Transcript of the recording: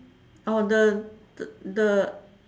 oh the the